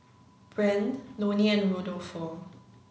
Brande Loni and Rodolfo